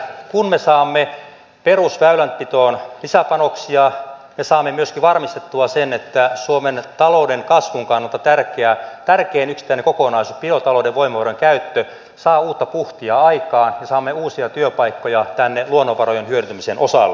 kun me saamme perusväylänpitoon lisäpanoksia me saamme myöskin varmistettua sen että suomen talouden kasvun kannalta tärkein yksittäinen kokonaisuus biotalouden voimavarojen käyttö saa uutta puhtia aikaan ja saamme uusia työpaikkoja tänne luonnonvarojen hyödyntämisen osalle